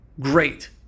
Great